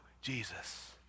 Jesus